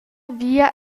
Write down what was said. via